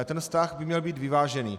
Ten vztah by měl být vyvážený.